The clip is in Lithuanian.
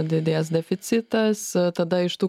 didės deficitas tada iš tų